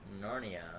Narnia